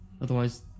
otherwise